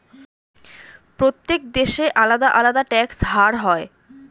প্রত্যেক দেশে আলাদা আলাদা ট্যাক্স হার হয়